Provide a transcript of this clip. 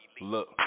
look